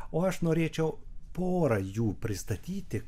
o aš norėčiau porą jų pristatyti